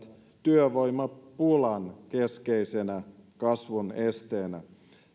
työvoimapulan keskeisenä kasvun esteenä tähän